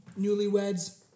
newlyweds